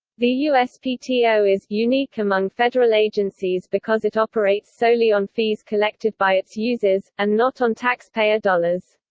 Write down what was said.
the uspto is unique among federal agencies because it operates solely on fees collected by its users, and not on taxpayer dollars.